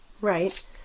Right